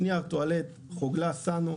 נייר טואלט זה חוגלה וסנו,